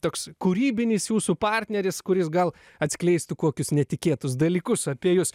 toks kūrybinis jūsų partneris kuris gal atskleistų kokius netikėtus dalykus apie jus